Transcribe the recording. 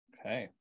Okay